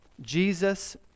Jesus